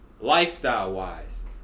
lifestyle-wise